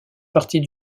partie